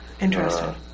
Interesting